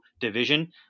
division